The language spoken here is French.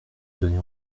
donné